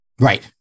Right